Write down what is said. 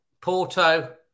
Porto